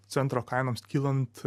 centro kainoms kylant